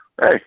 hey